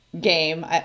game